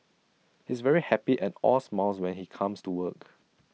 he's very happy and all smiles when he comes to work